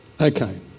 Okay